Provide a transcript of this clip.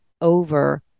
over